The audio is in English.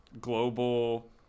global